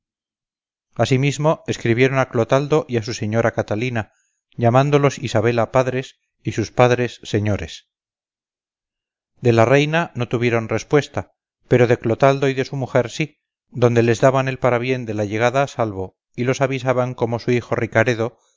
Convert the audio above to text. asimismo escribieron a clotaldo y a su señora catalina llamándolos isabela padres y sus padres señores de la reina no tuvieron respuesta pero de clotaldo y de su mujer sí donde les daban el parabién de la llegada a salvo y los avisaban como su hijo ricaredo